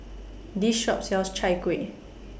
This Shop sells Chai Kuih